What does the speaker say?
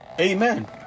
Amen